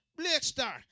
Blackstar